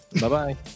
Bye-bye